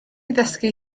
ddysgu